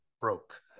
broke